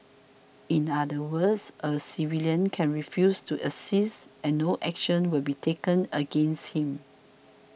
in other words a civilian can refuse to assist and no action will be taken against him